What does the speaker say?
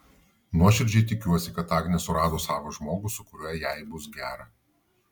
nuoširdžiai tikiuosi kad agnė surado savą žmogų su kuriuo jai bus gera